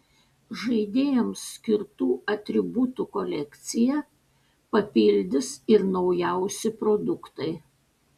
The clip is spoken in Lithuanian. žaidėjams skirtų atributų kolekciją papildys ir naujausi produktai